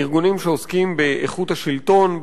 ארגונים שעוסקים באיכות השלטון,